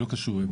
לא קשור.